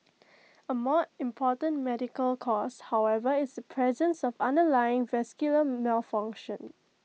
A more important medical cause however is the presence of underlying vascular malformations